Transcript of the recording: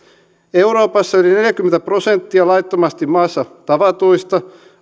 euroopassa yli neljäkymmentä prosenttia laittomasti maassa tavatuista